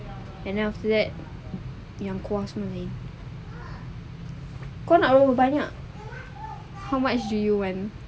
and then after that yang kuah semua ni kau nak berapa banyak how much do you want